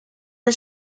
her